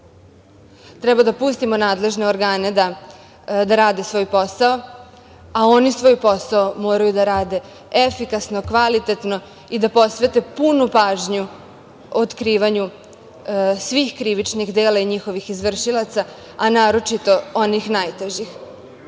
Treba da pustimo nadležne organe da rade svoj posao, a oni svoj posao moraju da rade efikasno, kvalitetno i da posvete punu pažnju otkrivanju svih krivičnih dela i njihovih izvršilaca, a naročito onih najtežih,